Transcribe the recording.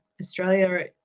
Australia